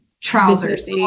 trousers